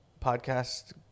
podcast